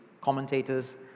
commentators